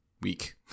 Week